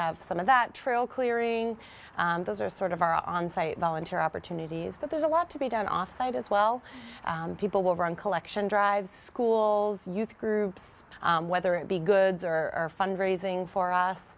have some of that trail clearing those are sort of our onsite volunteer opportunities but there's a lot to be done off site as well people will run collection drives schools youth groups whether it be goods or fund raising for